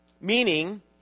meaning